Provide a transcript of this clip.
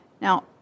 now